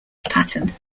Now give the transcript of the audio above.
pattern